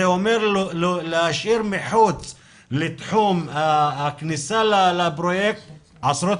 זה אומר להשאיר מחוץ לתחום הכניסה לפרויקט עשרות